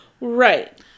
Right